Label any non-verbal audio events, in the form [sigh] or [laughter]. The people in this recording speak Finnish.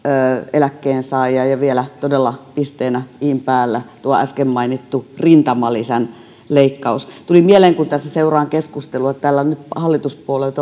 eläkkeensaajia ja vielä todella pisteenä in päällä tuo äsken mainittu rintamalisän leikkaus tuli mieleen kun tässä seuraan keskustelua että täällä nyt hallituspuolueet [unintelligible]